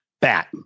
bat